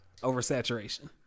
oversaturation